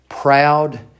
Proud